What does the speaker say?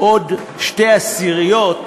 עוד שתי עשיריות לגירעון,